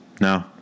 no